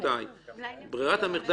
אם היא מגישה את הנייר עם מומחה,